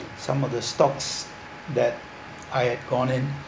some of the stocks that I had gone in